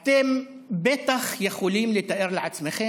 אתם בטח יכולים לתאר לעצמכם